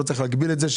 לא צריך להגביל את זה.